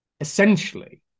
essentially